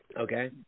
Okay